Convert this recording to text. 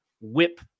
whip